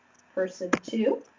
person two,